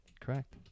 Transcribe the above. correct